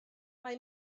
mae